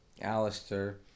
Alistair